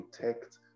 protect